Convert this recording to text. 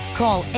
call